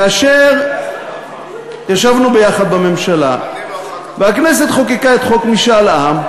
כאשר ישבנו ביחד בממשלה והכנסת חוקקה את חוק משאל העם,